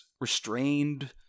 restrained